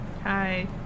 Hi